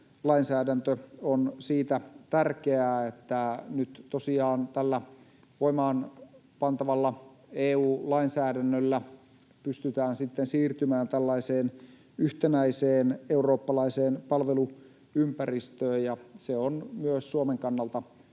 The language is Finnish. on siitä tärkeää, että nyt tosiaan tällä voimaan pantavalla EU-lainsäädännöllä pystytään sitten siirtymään tällaiseen yhtenäiseen eurooppalaiseen palveluympäristöön, ja se on myös Suomen kannalta